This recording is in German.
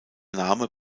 name